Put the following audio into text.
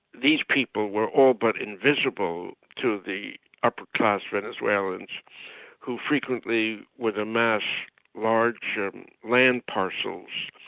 these people were all but invisible to the upper class venezuelans who frequently with the mass large land parcels,